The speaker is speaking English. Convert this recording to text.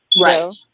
right